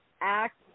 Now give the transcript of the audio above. act